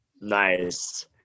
Nice